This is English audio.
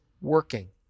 working